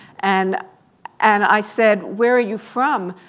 and and i said, where are you from,